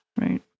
Right